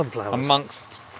amongst